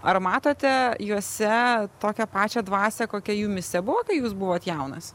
ar matote juose tokią pačią dvasią kokia jumyse buvo kai jūs buvot jaunas